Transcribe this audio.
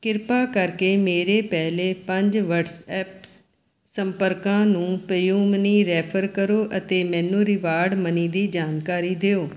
ਕਿਰਪਾ ਕਰਕੇ ਮੇਰੇ ਪਹਿਲੇ ਪੰਜ ਵਟਸਐਪਸ ਸੰਪਰਕਾਂ ਨੂੰ ਪੇਯੂ ਮਨੀ ਰੈਫਰ ਕਰੋ ਅਤੇ ਮੈਨੂੰ ਰਿਵਾਰਡ ਮਨੀ ਦੀ ਜਾਣਕਾਰੀ ਦਿਓ